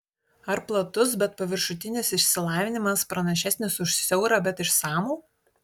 ar platus bet paviršutinis išsilavinimas pranašesnis už siaurą bet išsamų